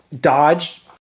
dodged